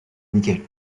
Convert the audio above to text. nickel